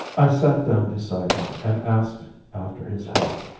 i sat down beside him and asked after his health.